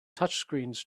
touchscreens